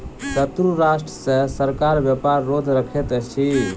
शत्रु राष्ट्र सॅ सरकार व्यापार रोध रखैत अछि